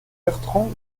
bertrand